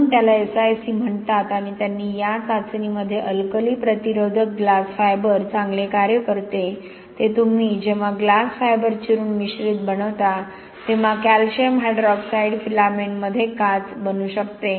म्हणून त्याला SIC म्हणतात आणि त्यांनी या चाचणीमध्ये अल्कली प्रतिरोधक ग्लास फायबर चांगले कार्य करते ते तुम्ही जेव्हा ग्लास फायबर चिरून मिश्रित बनवता तेव्हा कॅल्शियम हायड्रॉक्साईड फिलामेंटमध्ये काच बनू शकते